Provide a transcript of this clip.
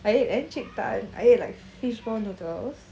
I ate encik tan I ate like fishball noodles